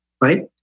right